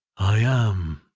i am!